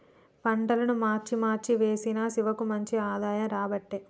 పంటలను మార్చి మార్చి వేశిన శివకు మంచి ఆదాయం రాబట్టే